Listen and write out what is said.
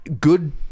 good